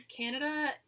Canada